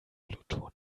plutonium